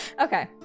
Okay